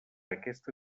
aquesta